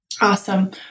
Awesome